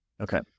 Okay